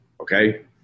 okay